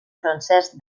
francès